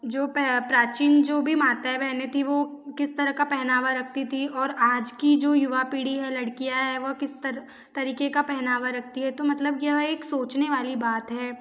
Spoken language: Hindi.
जो प्राचीन जो भी माताएं बहनें थी वो किस तरह का पहनावा रखती थीं और आज की जो युवा पीढ़ी है लड़कियाँ है वह किस तरीक़े का पहनावा रखती हैं तो मतलब क्या एक सोंचने वाली बात है